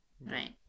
right